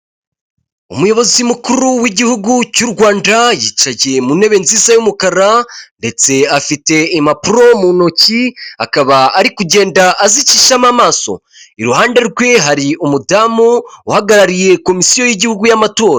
Umuyobozi mukuru w'igihugu cy'u Rwanda yicaye mu ntebe nziza y'umukara ndetse afite impapuro mu ntoki akaba ari kugenda azicishamo amaso iruhande rwe hari umudamu uhagarariye komisiyo y'igihugu y'amatora.